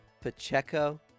Pacheco